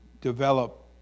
develop